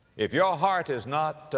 if your heart is not, ah,